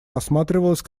рассматривалась